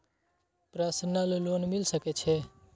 Personal loan मिल सके छे?